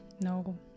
no